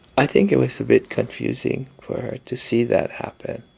i think it was a bit confusing for her to see that happen.